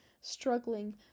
struggling